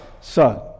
son